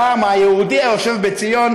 לעם היהודי היושב בציון,